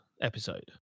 episode